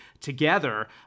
together